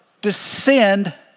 descend